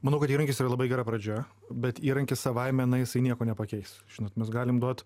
manau kad įrankis yra labai gera pradžia bet įrankis savaime na jisai nieko nepakeis žinot mes galim duoti